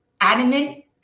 adamant